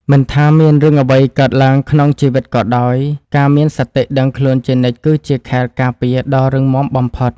មិនថាមានរឿងអ្វីកើតឡើងក្នុងជីវិតក៏ដោយការមានសតិដឹងខ្លួនជានិច្ចគឺជាខែលការពារដ៏រឹងមាំបំផុត។